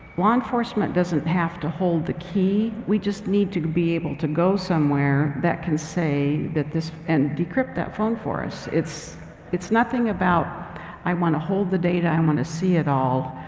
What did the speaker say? law enforcement doesn't have to hold the key. we just need to be able to go somewhere that can say that this and decrypt that phone for us. it's it's nothing about i wanna hold the data. i wanna see it all.